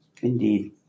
Indeed